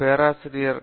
பேராசிரியர் வி